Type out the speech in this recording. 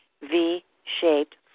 V-shaped